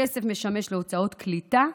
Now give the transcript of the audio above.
הכסף משמש להוצאות קליטה,